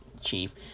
chief